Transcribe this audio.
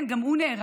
כן, גם הוא נהרג.